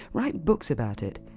write books about it,